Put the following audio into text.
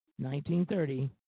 1930